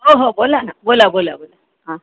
हो हो बोला ना बोला बोला बोला हां